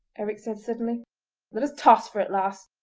eric said suddenly let us toss for it, lass